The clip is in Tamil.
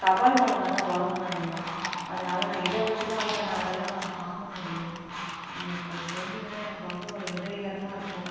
தபால் மூலமாகதான் வரும்னால் ஐயா அதனால் நான் இதை வச்சிதான் ஐயா நான் அதெல்லாம் நான் வாங்க முடியும் நீங்கள் கொஞ்சம் சொன்னிங்கன்னால் எனக்கு ரொம்ப ஒரு உதவிகரமாக இருக்கும்